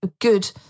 good